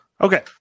Okay